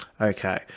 Okay